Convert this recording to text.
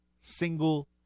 single